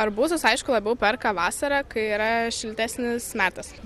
arbūzus aišku labiau perka vasarą kai yra šiltesnis metas